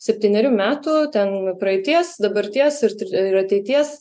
septynerių metų ten būna praeities dabarties ir tri ir ateities